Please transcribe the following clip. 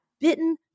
bitten